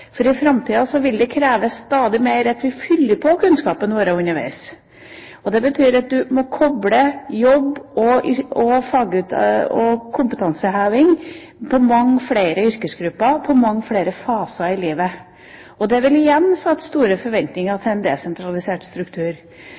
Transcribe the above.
for i framtida vil det kreves stadig mer at vi fyller på kunnskapen vår underveis. Det betyr at du må koble jobb og kompetanseheving på mange flere yrkesgrupper, på mange flere faser i livet. Det vil igjen skape store forventninger til en desentralisert struktur.